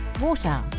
water